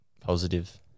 positive